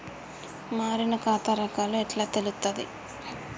మారిన ఖాతా రకాలు ఎట్లా తెలుత్తది?